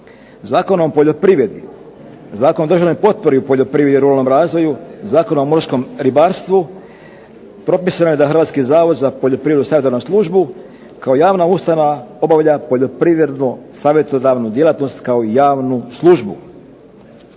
Zakonom o državnoj potpori u poljoprivredi i ruralnom razvoju, Zakonom o morskom ribarstvu propisano je da Hrvatski zavod za poljoprivredu i savjetodavnu službu kao javna ustanova obavlja poljoprivrednu savjetodavnu djelatnost kao i javnu službu.